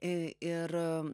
i ir